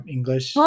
English